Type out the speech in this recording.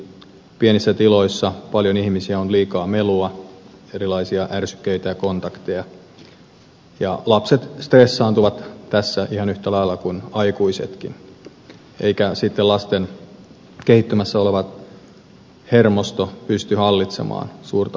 pienissä tiloissa paljon ihmisiä on liikaa melua erilaisia ärsykkeitä ja kontakteja ja lapset stressaantuvat tässä ihan yhtä lailla kuin aikuisetkin eikä sitten lasten kehittymässä oleva hermosto pysty hallitsemaan suurta määrää ärsykkeitä